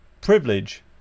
privilege